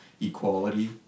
equality